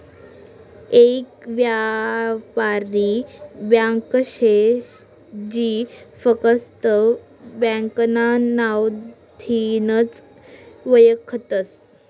येक यापारी ब्यांक शे जी फकस्त ब्यांकना नावथीनच वयखतस